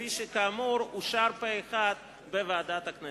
שכאמור אושר פה-אחד בוועדת הכנסת.